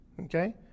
Okay